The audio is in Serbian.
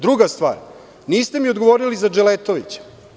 Druga stvar, niste mi odgovorili za Dželetovića.